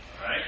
Right